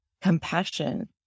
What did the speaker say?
compassion